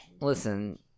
Listen